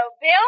Bill